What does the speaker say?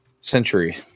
century